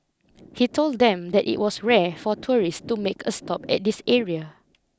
he told them that it was rare for tourists to make a stop at this area